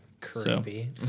Creepy